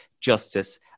justice